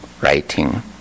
writing